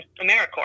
americorps